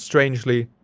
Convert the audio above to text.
strangely,